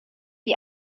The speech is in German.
die